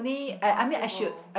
impossible